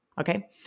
Okay